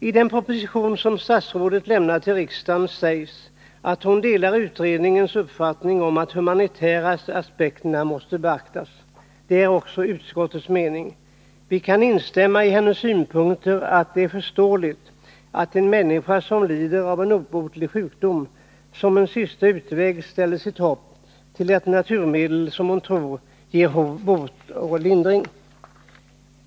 I den proposition som statsrådet lämnat till riksdagen sägs att hon delar THX-utredningens uppfattning att de humanitära aspekterna måste beaktas. Det är också utskottets mening. Vi kan instämma i hennes synpunkter att det är ”förståeligt att en människa som lider av en obotlig sjukdom som en sista utväg ställer sitt hopp till ett naturmedel som hon tror kan ge bot och lindring”.